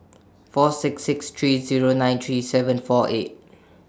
four six six three Zero nine three seven four eight